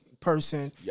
Person